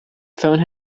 phone